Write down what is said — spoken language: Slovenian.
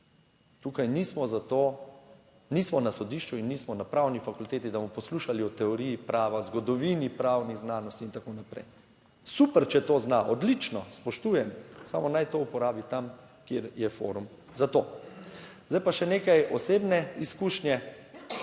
to, nismo na sodišču in nismo na Pravni fakulteti, da bomo poslušali o teoriji prava, zgodovini pravnih znanosti in tako naprej. Super, če to zna, odlično, spoštujem, samo naj to uporabi tam, kjer je forum za to. Zdaj pa še nekaj osebne izkušnje,